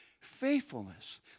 Faithfulness